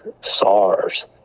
sars